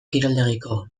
kiroldegiko